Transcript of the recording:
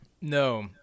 No